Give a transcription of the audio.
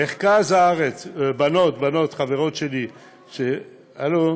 מרכז הארץ, בנות, בנות, חברות שלי, הלו,